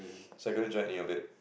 so I couldn't join any of that